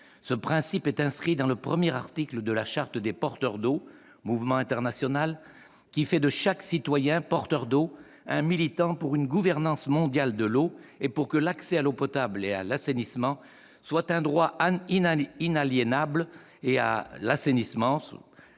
Ce principe est inscrit dans le premier article de la charte des porteurs d'eau- un mouvement international -, qui fait de chaque citoyen « porteur d'eau » un militant pour une gouvernance mondiale de l'eau, pour que l'accès à l'eau potable et à l'assainissement soit un droit inaliénable pour tous. En juin